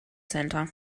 center